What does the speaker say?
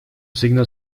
signo